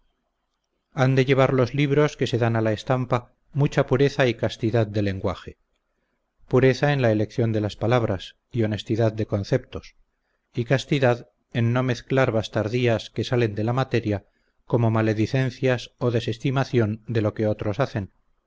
han de llevar los libros que se dan a la estampa mucha pureza y castidad de lenguaje pureza en la elección de las palabras y honestidad de conceptos y castidad en no mezclar bastardías que salen de la materia como maledicencias o desestimación de lo que otros hacen